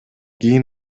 кийин